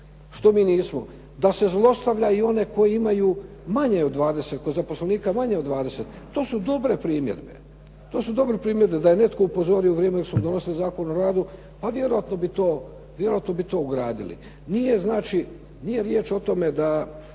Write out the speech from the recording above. što mi nismo, da se zlostavlja i one koji imaju manje od 20, kod zaposlenika manje od 20. To su dobre primjedbe. To su dobre primjedbe da je netko upozorio u vrijeme dok smo donosili Zakon o radu, pa vjerojatno bi to ugradili. Nije riječ o tome da